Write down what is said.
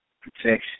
protection